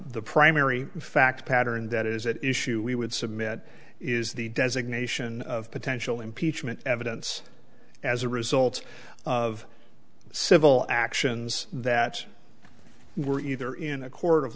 the primary fact pattern that is at issue we would submit is the designation of potential impeachment evidence as a result of civil actions that were either in a court of